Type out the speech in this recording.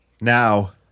Now